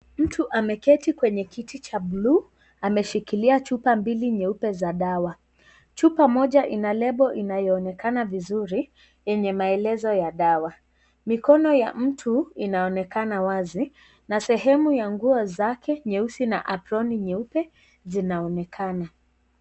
Mtu ameketi kwenye kiti cha bluu ameshikilia chupa mbili nyeupe za dawa. Chupa mmoja ina lebo inayonekana vizuri yenye maelezo ya dawa. Mikono ya mtu inaonekana wazi na sehemu ya nguo zake nyeusi na aproni nyeupe zinaonekana.